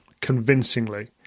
convincingly